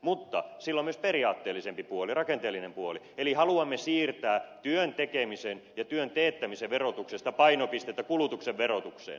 mutta sillä on myös periaatteellisempi puoli rakenteellinen puoli eli haluamme siirtää työn tekemisen ja työn teettämisen verotuksesta painopistettä kulutuksen verotukseen